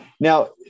Now